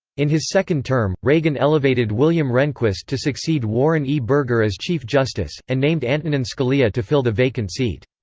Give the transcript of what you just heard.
in his second term, reagan elevated william rehnquist to succeed warren e. burger as chief justice, and named antonin scalia to fill the vacant seat.